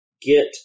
get